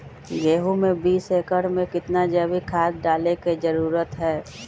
गेंहू में बीस एकर में कितना जैविक खाद डाले के जरूरत है?